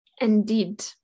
Indeed